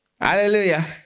Hallelujah